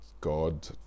god